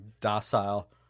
docile